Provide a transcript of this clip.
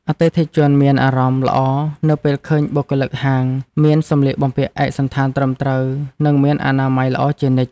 អតិថិជនមានអារម្មណ៍ល្អនៅពេលឃើញបុគ្គលិកហាងមានសម្លៀកបំពាក់ឯកសណ្ឋានត្រឹមត្រូវ និងមានអនាម័យល្អជានិច្ច។